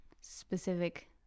specific